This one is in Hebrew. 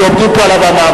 כשעומדים פה על הבמה,